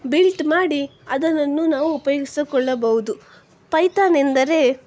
built ಮಾಡಿ ಅದನ್ನು ನಾವು ಉಪಯೋಗಿಸಿಕೊಳ್ಳಬಹುದು ಪೈಥಾನ್ ಎಂದರೆ